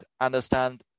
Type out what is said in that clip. understand